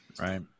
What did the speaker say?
Right